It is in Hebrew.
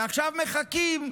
ועכשיו מחכים.